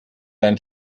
dein